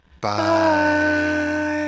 Bye